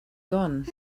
gone